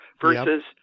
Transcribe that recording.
versus